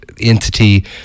entity